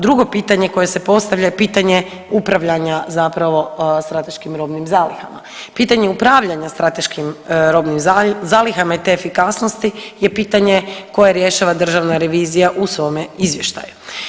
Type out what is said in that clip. Drugo pitanje koje se postavlja je pitanje upravljanja zapravo strateškim robnim zalihama, pitanje upravljanja strateškim robnim zalihama i te efikasnosti je pitanje koje rješava državna revizija u svome izvještaju.